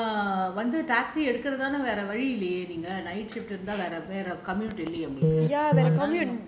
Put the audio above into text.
ஆமா ஆனா வந்து:aama aanaa vanthu taxi எடுக்குறது வேற வழி இல்லையே இருந்தா வேற வழி:edukurathu vera vali illaiyae iruntha vera vali